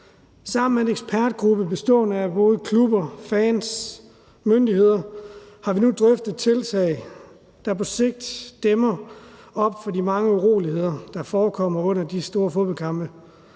Sammen med en ekspertgruppe bestående af både klubber, fans og myndigheder har vi nu drøftet tiltag, der på sigt kan dæmme op for de mange uroligheder, der forekommer under de store fodboldkampe.